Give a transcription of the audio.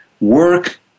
work